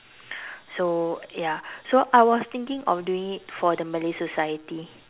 so ya so I was thinking of doing it for the Malay society